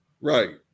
Right